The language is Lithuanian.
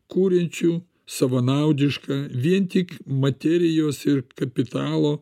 kuriančių savanaudišką vien tik materijos ir kapitalo